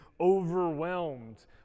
overwhelmed